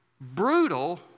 brutal